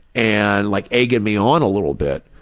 and like egging me on a little bit,